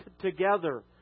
together